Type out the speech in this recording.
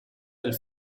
del